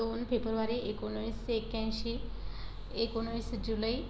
दोन फेफ्रुवारी एकोणवीसशे एक्क्याऐंशी एकोणवीस जुलै